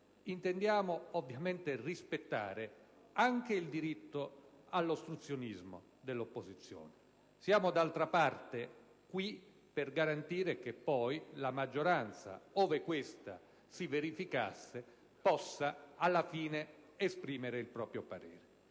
intendiamo ovviamente rispettare anche il diritto dell'opposizione all'ostruzionismo. Siamo d'altra parte qui per garantire che poi la maggioranza, ove questo si verificasse, possa alla fine esprimere il proprio parere.